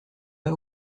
pas